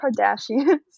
kardashians